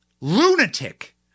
lunatic